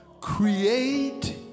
Create